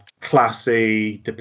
Classy